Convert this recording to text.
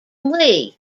lee